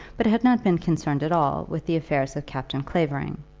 but had not been concerned at all with the affairs of captain clavering,